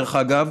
דרך אגב,